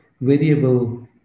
variable